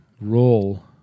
role